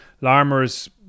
Larmer's